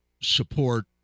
support